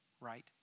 Right